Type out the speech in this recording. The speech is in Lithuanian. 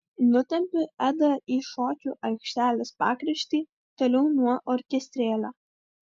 nutempiu edą į šokių aikštelės pakraštį toliau nuo orkestrėlio